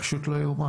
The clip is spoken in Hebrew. פשוט לא ייאמן.